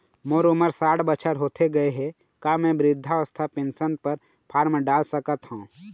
मोर उमर साठ बछर होथे गए हे का म वृद्धावस्था पेंशन पर फार्म डाल सकत हंव?